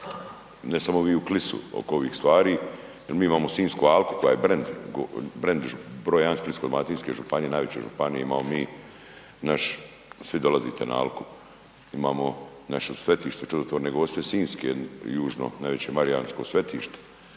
ne samo vi u Klisu oko ovih stvar. Mi imamo Sinjsku alku koja je brend … Splitsko-dalmatinske županije, najveće županije imamo mi naš, svi dolazite na Alku. Imamo naše svetište … /ne razumije se/… gospe sinjske južno najveće Marjansko svetište.